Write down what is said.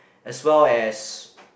as well as